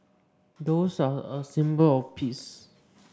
doves are a symbol of peace